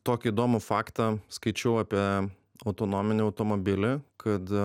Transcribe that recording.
tokį įdomų faktą skaičiau apie autonominį automobilį kad